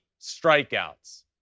strikeouts